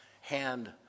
hand